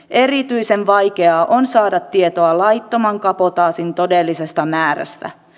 erityisen vaikeaa on saada tietoa laittoman kabotaasiin todellisesta määrästä